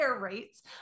rates